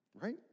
right